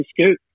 scoop